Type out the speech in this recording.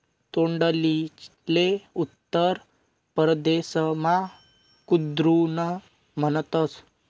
तोंडलीले उत्तर परदेसमा कुद्रुन म्हणतस